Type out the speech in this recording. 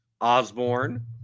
Osborne